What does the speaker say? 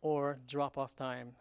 or dropoff time